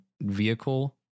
vehicle